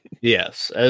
Yes